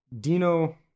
Dino